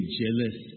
jealous